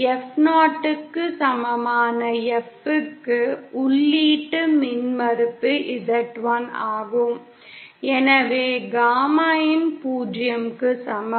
F0 க்கு சமமான F க்கு உள்ளீட்டு மின்மறுப்பு Z1 ஆகும் எனவே காமா இன் 0 க்கு சமம்